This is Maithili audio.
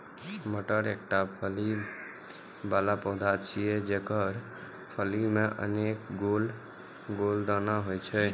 मटर एकटा फली बला पौधा छियै, जेकर फली मे अनेक गोल गोल दाना होइ छै